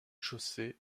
chaussée